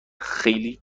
خیلی